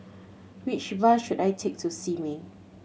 which bus should I take to Simei